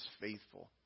faithful